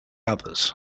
others